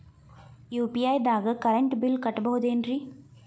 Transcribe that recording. UPI ದಾಗ current bill ಕಟ್ಟಬಹುದೇನ್ರಿ?